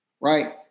right